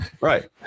right